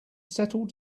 settle